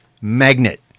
magnet